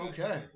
Okay